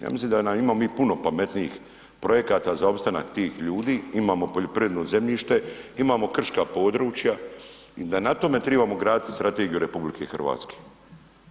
Ja mislim da imamo mi puno pametnijih projekta za opstanak tih ljudi, imamo poljoprivredno zemljište imamo krška područja i da na tome trebamo graditi strategiju RH,